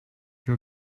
your